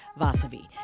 Vasavi